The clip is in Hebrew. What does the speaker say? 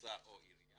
מועצה או עירייה,